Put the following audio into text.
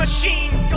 Machine